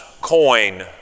coin